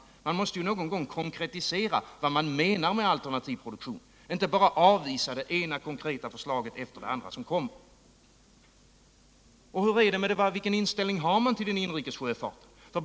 Man måste ju någon gång konkretisera vad man menar med alternativ produktion, inte bara avvisa det ena konkreta förslaget efter det andra. Vilken inställning har man till den inrikes sjöfarten?